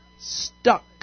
Stuck